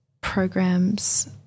programs